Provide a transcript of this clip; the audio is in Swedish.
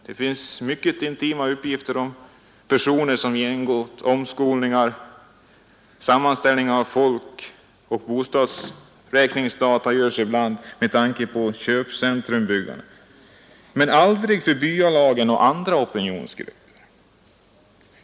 Det finns mycket intima uppgifter om personer som genomgått omskolningar; sammanställningar av folkoch bostadsräkningsdata görs ibland med tanke på byggande av köpcentrum. Men det görs aldrig någon datauppgift över byalagens och andra opinionsgruppers inställning.